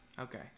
Okay